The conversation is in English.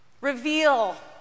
Reveal